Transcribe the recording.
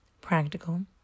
practical